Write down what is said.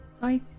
Hi